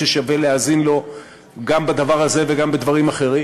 איש ששווה להאזין לו גם בדבר הזה וגם בדברים אחרים,